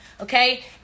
Okay